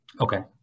Okay